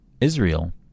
Israel